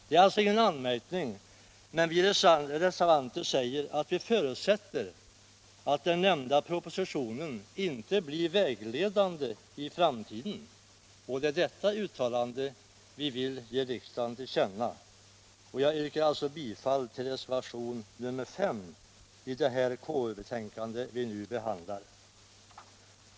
Det är alltså ingen anmärkning, men vi reservanter säger att vi förutsätter ”att den nämnda propositionen inte blir vägledande för framtiden”. Det är detta uttalande vi vill ge riksdagen till känna. Jag yrkar alltså bifall till reservationen 5 vid det KU-betänkande vi nu behandlar.